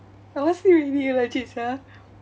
I want sleep already legit sia